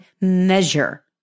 measure